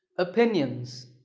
opinions.